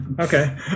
Okay